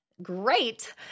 Great